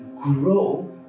Grow